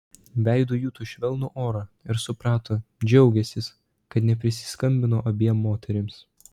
veidu juto švelnų orą ir suprato džiaugiąsis kad neprisiskambino abiem moterims